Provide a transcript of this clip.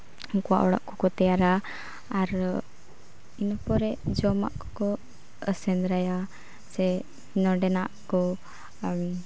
ᱩᱱᱠᱩᱣᱟᱜ ᱚᱲᱟᱜ ᱠᱚᱠᱚ ᱛᱮᱭᱟᱨᱟ ᱟᱨ ᱤᱱᱟᱹ ᱯᱚᱨᱮ ᱡᱚᱢᱟᱜ ᱠᱚᱠᱚ ᱥᱮᱸᱫᱽᱨᱟᱭᱟ ᱥᱮ ᱱᱚᱸᱰᱮᱱᱟᱜ ᱠᱚ